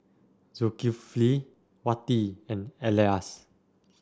Zulkifli Wati and Elyas